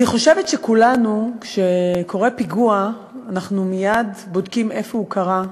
אני חושבת שכשקורה פיגוע כולנו מייד בודקים איפה הוא קרה,